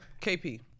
KP